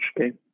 okay